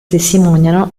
testimoniano